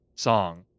Song